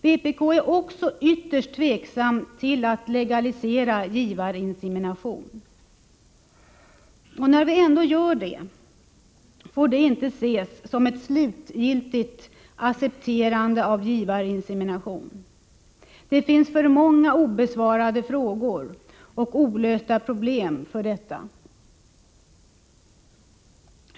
Inom vpk är vi också ytterst tveksamma till en legalisering av verksamheten med givarinsemination. När vi nu ändå står i begrepp att legalisera den, får det inte ses som ett slutgiltigt accepterande av givarinse mination därför att det finns för många obesvarade frågor och olösta problem i detta sammanhang.